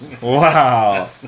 wow